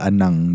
Anang